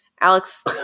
Alex